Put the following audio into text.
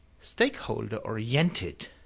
stakeholder-oriented